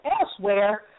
elsewhere